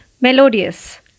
Melodious